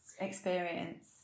experience